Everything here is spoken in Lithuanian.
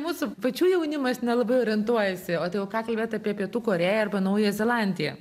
mūsų pačių jaunimas nelabai orientuojasi o tai jau ką kalbėt apie pietų korėją arba naująją zelandiją